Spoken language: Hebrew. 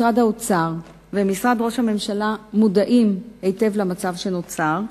משרד האוצר ומשרד ראש הממשלה מודעים היטב למצב שנוצר,